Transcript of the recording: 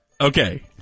Okay